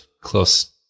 close